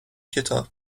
کتاب